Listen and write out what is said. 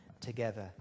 together